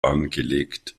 angelegt